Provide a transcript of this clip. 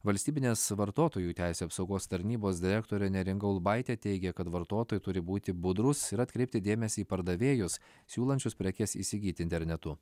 valstybinės vartotojų teisių apsaugos tarnybos direktorė neringa ulbaitė teigia kad vartotojai turi būti budrūs ir atkreipti dėmesį į pardavėjus siūlančius prekes įsigyti internetu